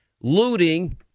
looting